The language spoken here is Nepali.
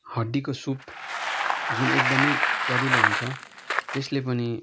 हड्डीको सुप जुन एकदमै स्वादिलो हुन्छ त्यसले पनि